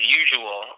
usual